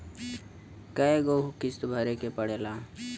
कय गो किस्त भरे के पड़ेला?